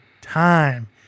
time